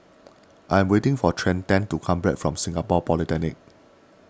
I am waiting for Trenten to come back from Singapore Polytechnic